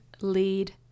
lead